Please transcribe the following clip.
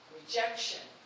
rejection